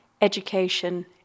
education